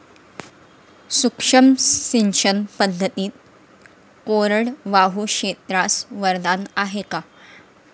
सूक्ष्म सिंचन पद्धती कोरडवाहू क्षेत्रास वरदान आहे का?